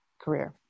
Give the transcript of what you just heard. career